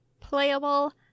playable